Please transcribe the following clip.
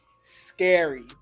scary